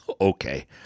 okay